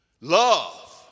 love